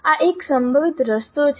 આ એક સંભવિત રસ્તો છે